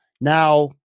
Now